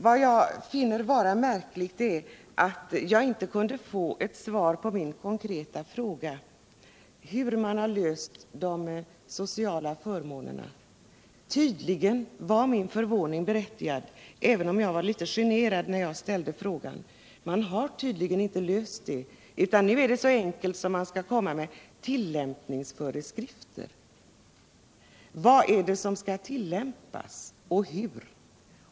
Vad jag finner vara märkligt är att jag inte kunde få ett svar på min konkreta fråga hur man löst problemet med de sociala förmånerna. Tydligen var min förvåning berättigad. även om jag var litet generad nir jag ställde frågan. Man har tydligen inte löst det, utan nu är det så enkelt att man skall utfärda tillämpningsföreskrifter. Vad är det som skall tillämpas och hur?